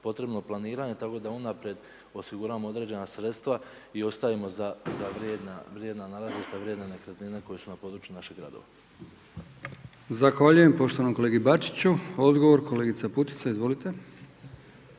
potrebno planiranje, tako da unaprijed osiguramo određena sredstva i ostajem za vrijedna nalazišta, za vrijedne nekretnine koje su na području naših gradova. **Brkić, Milijan (HDZ)** Zahvaljujem poštovanom kolegi Bačiću. Odgovor kolegica Putica, izvolite.